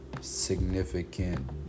significant